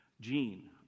Gene